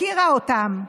הפקירה אותם.